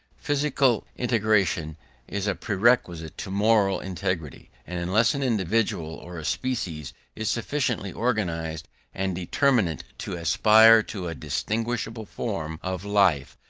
physical integration is a prerequisite to moral integrity and unless an individual or a species is sufficiently organised and determinate to aspire to a distinguishable form of life,